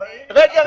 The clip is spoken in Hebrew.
אבל היא --- רגע,